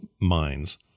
mines